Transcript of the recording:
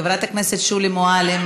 חברת הכנסת שולי מועלם,